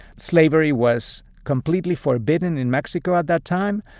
slavery was completely forbidden in mexico at that time.